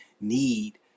need